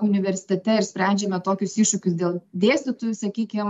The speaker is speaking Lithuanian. universitete ir sprendžiame tokius iššūkius dėl dėstytojų sakykim